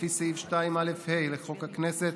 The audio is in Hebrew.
לפי סעיף 2א(ה) לחוק הכנסת,